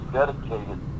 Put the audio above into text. dedicated